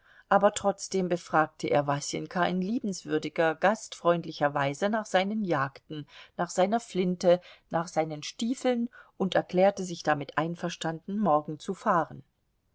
aber trotzdem befragte er wasenka in liebenswürdiger gastfreundlicher weise nach seinen jagden nach seiner flinte nach seinen stiefeln und erklärte sich damit einverstanden morgen zu fahren